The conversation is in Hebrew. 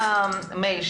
מוגבלים